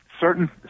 Certain